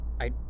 I-